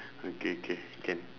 okay okay can